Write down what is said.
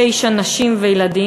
תשע נשים וילדים,